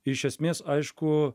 iš esmės aišku